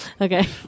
Okay